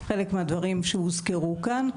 חלק מהדברים שהוזכרו כאן,